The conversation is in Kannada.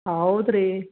ಹೌದ್ರೀ